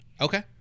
Okay